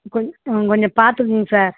கொ கொஞ்சம் பார்த்துக்குங்க சார்